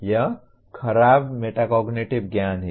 यह खराब मेटाकोग्निटिव ज्ञान है